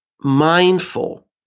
mindful